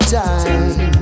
time